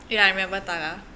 ya I remember tala